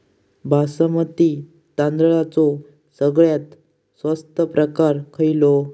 बासमती तांदळाचो सगळ्यात स्वस्त प्रकार खयलो?